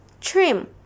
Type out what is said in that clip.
trim